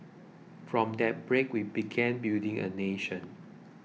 from that break we began building a nation